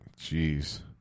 Jeez